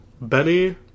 Benny